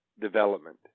development